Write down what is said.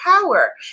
power